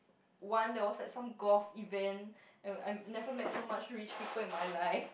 one that was like some golf event and I never met so much rich people in my life